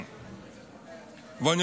מילואימניקים.